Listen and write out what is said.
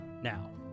Now